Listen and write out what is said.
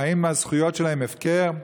האם הזכויות שלהם הפקר?